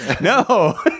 No